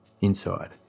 inside